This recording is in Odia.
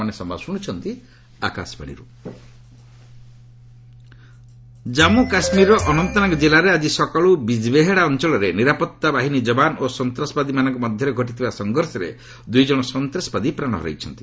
ଜେକେ ଟେରରିଷ୍ଟସ୍ ଜନ୍ମୁ କାଶ୍ମୀରର ଅନନ୍ତନାଗ କିଲ୍ଲାରେ ଆକି ସକାଳୁ ବିକ୍ବେହେଡ଼ା ଅଞ୍ଚଳରେ ନିରାପତ୍ତା ବାହିନୀ ଯବାନ ଓ ସନ୍ତାସବାଦୀମାନଙ୍କ ମଧ୍ୟରେ ଘଟିଥିବା ସଂଘର୍ଷରେ ଦ୍ରଇ ଜଣ ସନ୍ତାସବାଦୀ ପ୍ରାଣ ହରାଇଛନ୍ତି